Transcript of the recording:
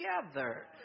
together